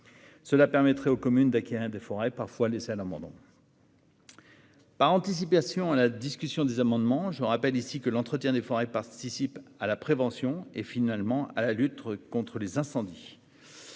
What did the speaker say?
Cela permettrait aux communes d'acquérir des forêts parfois laissées à l'abandon. Par anticipation sur la discussion des amendements, je rappelle ici que l'entretien des forêts participe à la prévention et, finalement, à la lutte contre les incendies.